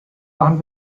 machen